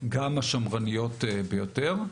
גם השמרניות ביותר.